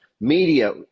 Media